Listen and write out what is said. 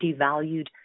devalued